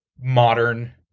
modern